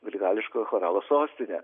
grigališkojo choralo sostine